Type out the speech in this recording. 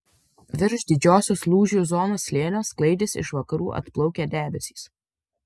virš didžiosios lūžių zonos slėnio sklaidėsi iš vakarų atplaukę debesys